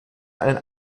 einen